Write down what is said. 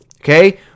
Okay